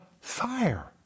fire